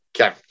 Okay